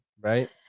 right